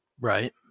Right